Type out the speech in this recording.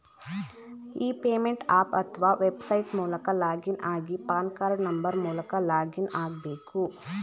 E payment app ಅತ್ವ website ಮೂಲಕ login ಆಗಿ ಪಾನ್ ಕಾರ್ಡ್ ನಂಬರ್ ಮೂಲಕ ಲಾಗಿನ್ ಆಗ್ಬೇಕು